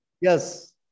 Yes